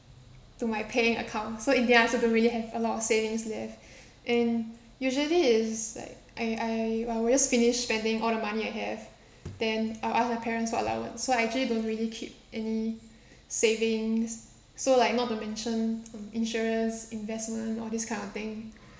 to my paying account so in the end I also don't really have a lot of savings there and usually it's like I I I always finish spending all the money I have then I will ask my parents for allowance so actually don't really keep any savings so like not to mention from insurance investment all this kind of thing